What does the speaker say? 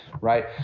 right